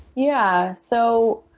yeah, so